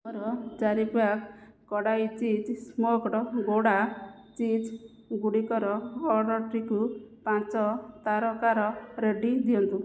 ମୋର ଚାରି ପ୍ୟାକ୍ କଡ଼ାଇ ଚିଜ ସ୍ମୋକ୍ଡ୍ ଗୌଡ଼ା ଚିଜ୍ ଗୁଡ଼ିକର ଅର୍ଡ଼ର୍ଟିକୁ ପାଞ୍ଚ ତାରକାର ରେଟିଂ ଦିଅନ୍ତୁ